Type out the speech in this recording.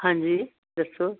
ਹਾਂਜੀ ਦੱਸੋ